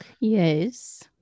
Yes